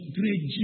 great